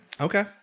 Okay